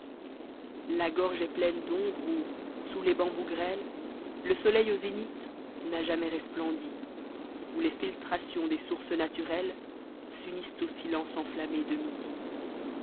la gorge estpieine d'ombre oit sous les bambous gretes le soleil au zénith n'a jamais resplendi où les filtrations des sources naturelles s'unissent au silence enuammé de midi